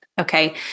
Okay